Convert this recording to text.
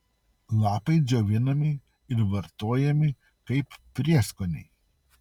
lapai džiovinami ir vartojami kaip prieskoniai